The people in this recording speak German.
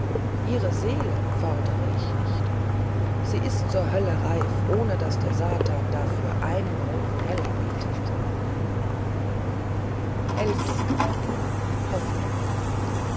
ihre seele fordere ich nicht sie ist zur hölle reif ohne daß der satan dafür einen roten heller bietet